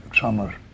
summer